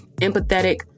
empathetic